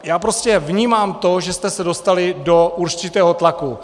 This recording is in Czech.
Já prostě vnímám to, že jste se dostali do určitého tlaku.